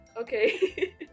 Okay